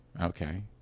Okay